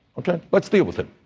okay, let's deal with it.